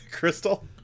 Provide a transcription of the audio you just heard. Crystal